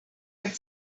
had